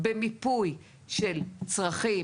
אנחנו עכשיו נמצאים במיפוי של צרכים,